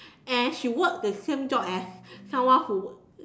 and she work the same job as someone who